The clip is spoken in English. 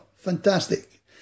Fantastic